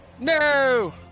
No